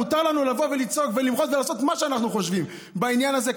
מותר לנו לבוא ולצעוק ולמחות ולעשות מה שאנחנו חושבים בעניין הזה,